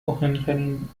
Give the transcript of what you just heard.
مهمترین